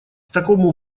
такому